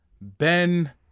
Ben